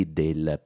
del